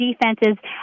defenses